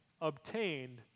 obtained